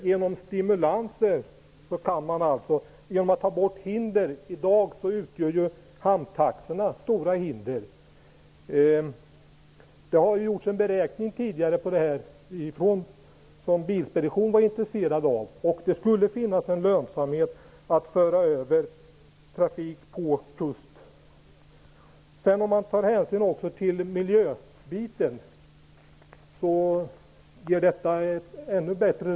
Herr talman! Man kan arbeta med stimulanser och ta bort hinder. I dag utgör hamntaxorna stora hinder. Det har tidigare gjorts en beräkning av detta, som Bilspedition varit intresserat av. Det skulle finnas en lönsamhet i att föra över trafik till kust. Om man också tar hänsyn till miljöeffekterna blir resultatet ännu bättre.